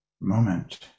moment